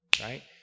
right